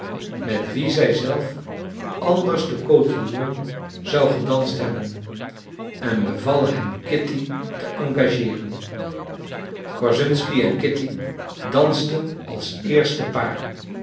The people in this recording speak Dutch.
met wien zij zelf anders den cotillon zou gedanst hebben en beval hem kitty te engageeren korszunsky en kitty dansten als eerste paar